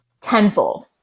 tenfold